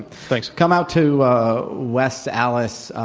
thanks. come out to west allis,